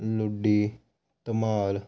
Luddi Dhamal